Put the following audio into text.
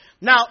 Now